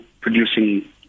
producing